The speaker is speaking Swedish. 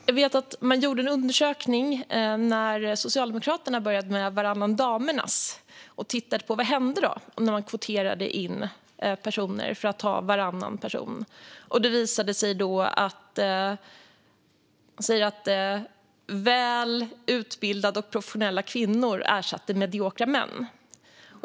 Herr talman! När Socialdemokraterna började med varannan damernas gjordes en undersökning som tittade på vad som hände när man kvoterade in personer så att varannan person skulle vara en kvinna. Det visade sig då att välutbildade och professionella kvinnor ersatte mediokra män.